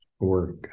Work